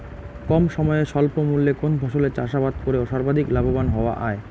কম সময়ে স্বল্প মূল্যে কোন ফসলের চাষাবাদ করে সর্বাধিক লাভবান হওয়া য়ায়?